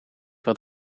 wat